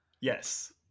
Yes